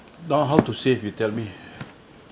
now how to save you tell me